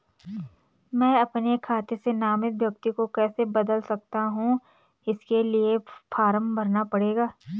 मैं अपने खाते से नामित व्यक्ति को कैसे बदल सकता हूँ इसके लिए फॉर्म भरना पड़ेगा?